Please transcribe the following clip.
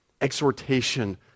exhortation